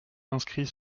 inscrits